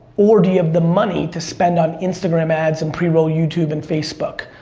or do you have the money to spend on instagram ads and preroll youtube and facebook?